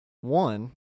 one